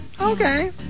Okay